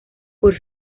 por